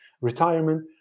retirement